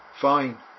fine